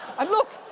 and look,